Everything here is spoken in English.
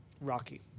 rocky